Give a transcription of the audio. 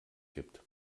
gibt